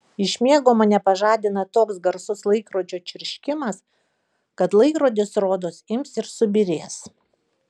iš miego mane pažadina toks garsus laikrodžio čirškimas kad laikrodis rodos ims ir subyrės